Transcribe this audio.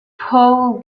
paul